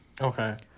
okay